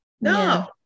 No